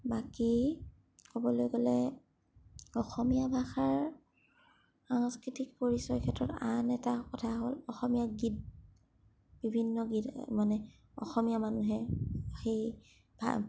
বাকী ক'বলৈ গ'লে অসমীয়া ভাষাৰ সাংস্কৃতিক পৰিচয়ৰ ক্ষেত্ৰত আন এটা কথা হ'ল অসমীয়া গীত বিভিন্ন গীত মানে অসমীয়া মানুহে সেই ভাৱ